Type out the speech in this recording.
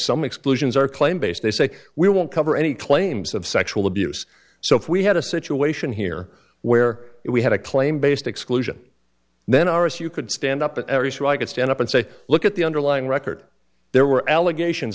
some exclusions are claim based they say we won't cover any claims of sexual abuse so if we had a situation here where we had a claim based exclusion then iris you could stand up in areas where i could stand up and say look at the underlying record there were allegations